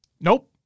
Nope